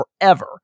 forever